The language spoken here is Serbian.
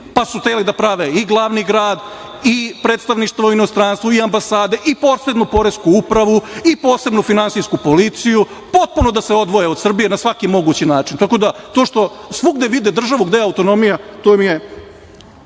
pa su hteli da prave i glavni grad i predstavništvo u inostranstvu i ambasade i posebnu poresku upravu i posebnu finansijsku policiju, potpuno da se odvoje od Srbije na svaki mogući način. Tako da, to što svugde vide državu gde je autonomija to im je